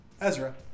Ezra